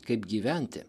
kaip gyventi